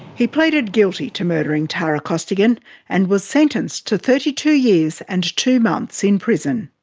he pleaded guilty to murdering tara costigan and was sentenced to thirty two years and two months in prison.